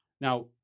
Now